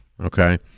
okay